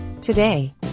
Today